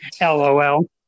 LOL